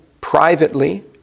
privately